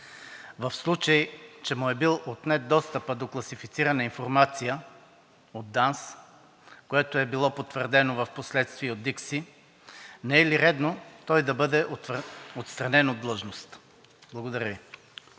В случай че му е бил отнет достъпът до класифицирана информация от ДАНС, което е било потвърдено впоследствие и от ДКСИ, не е ли редно той да бъде отстранен от длъжност? Благодаря Ви.